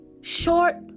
Short